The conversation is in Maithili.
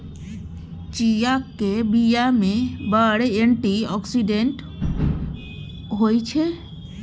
चीयाक बीया मे बड़ एंटी आक्सिडेंट होइ छै